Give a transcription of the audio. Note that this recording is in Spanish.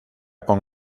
con